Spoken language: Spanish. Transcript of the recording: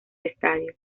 estadio